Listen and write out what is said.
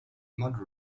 mud